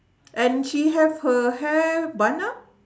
and she have her hair bun up